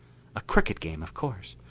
a crooked game, of course.